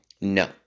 no